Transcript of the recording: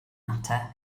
matter